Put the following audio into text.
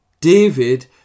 David